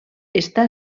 està